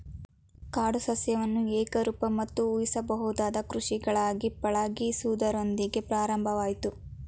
ಕಾಡು ಸಸ್ಯವನ್ನು ಏಕರೂಪ ಮತ್ತು ಊಹಿಸಬಹುದಾದ ಕೃಷಿಗಳಾಗಿ ಪಳಗಿಸುವುದರೊಂದಿಗೆ ಪ್ರಾರಂಭವಾಯ್ತು